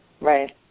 Right